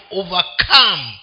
overcome